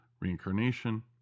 reincarnation